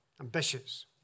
Ambitious